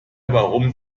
warum